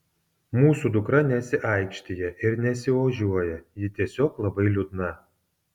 mūsų dukra nesiaikštija ir nesiožiuoja ji tiesiog labai liūdna